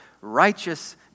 righteous